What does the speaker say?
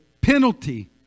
penalty